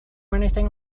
anything